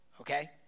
okay